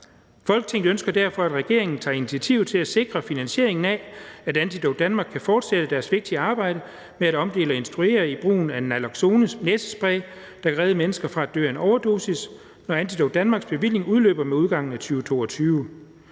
Folketinget ønsker derfor at regeringen tager initiativ til at sikre finansieringen af, at Antidote Danmark kan fortsætte deres vigtige arbejde med at omdele og instruere i brugen af Naloxone næsespray, der kan redde mennesker fra at dø af en overdosis, når Antidote Danmarks bevilling udløber med udgangen af 2022.